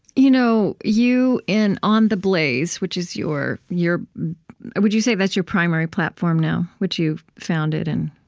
you know you in on the blaze, which is your your would you say that's your primary platform now, which you founded and?